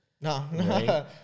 No